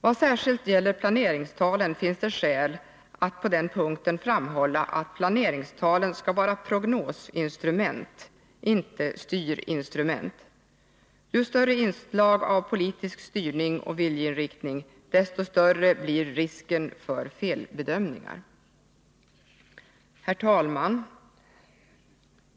Vad särskilt gäller planeringstalen finns det skäl att på den punkten framhålla att dessa skall vara prognosinstrument, inte styrinstrument. Ju större inslag av politisk styrning och viljeinriktning, desto större blir risken för felbedömningar. Herr talman!